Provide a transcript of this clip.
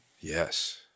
Yes